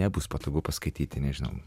nebus patogu paskaityti nežinau